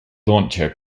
launcher